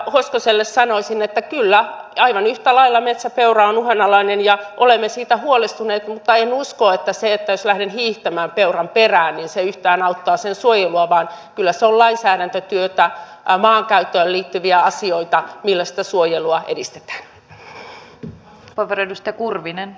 edustaja hoskoselle sanoisin että kyllä aivan yhtä lailla metsäpeura on uhanalainen ja olemme siitä huolestuneet mutta en usko että se että lähden hiihtämään peuran perään yhtään auttaa sen suojelua vaan kyllä se on lainsäädäntötyötä maankäyttöön liittyviä asioita millä sitä suojelua edistetään